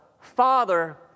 Father